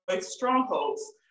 strongholds